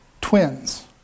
twins